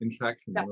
interaction